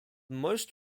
most